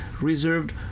reserved